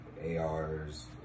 ARs